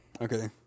Okay